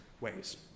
ways